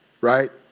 right